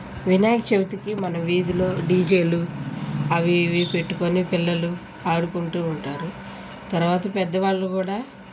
వినాయక చవితికి మన వీధిలో డీజేలు అవి ఇవి పెట్టుకుని పిల్లలు ఆడుకుంటూ ఉంటారు తరువాత పెద్దవాళ్ళు కూడా